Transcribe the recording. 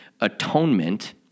atonement